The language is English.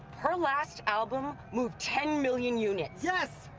her last album moved ten million units. yes,